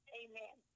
amen